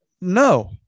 No